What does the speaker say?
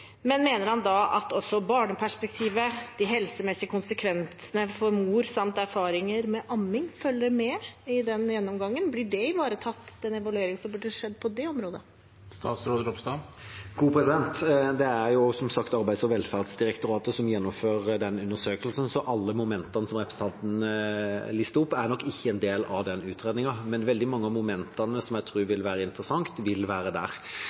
Mener han da at også barneperspektivet, de helsemessige konsekvensene for mor samt erfaringer med amming følger med i den gjennomgangen? Blir den evalueringen som burde skjedd på det området, ivaretatt? Det er som sagt Arbeids- og velferdsdirektoratet som gjennomfører den undersøkelsen, så alle momentene som representanten lister opp, er nok ikke en del av utredningen. Men veldig mange av momentene som jeg tror vil være interessante, vil være der.